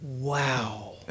wow